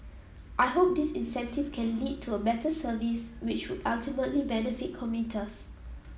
I hope this incentive can lead to a better service which would ultimately benefit commuters